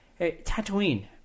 Tatooine